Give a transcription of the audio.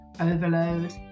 overload